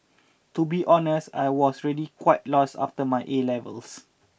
to be honest I was really quite lost after my A levels